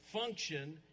function